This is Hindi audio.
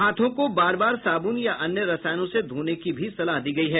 हाथों को बार बार साबुन या अन्य रसायनों से धोने की सलाह दी गई है